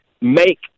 make